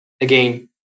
again